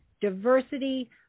diversity